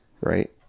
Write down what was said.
right